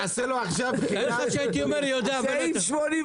אני אקריא אותם: היום הם קובעים "החברה תהא רשאית לתת שירות